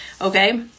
Okay